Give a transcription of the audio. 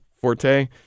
forte